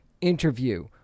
interview